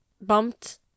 bumped